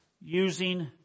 using